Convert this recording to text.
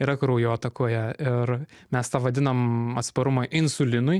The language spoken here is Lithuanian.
yra kraujotakoje ir mes tą vadinam atsparumą insulinui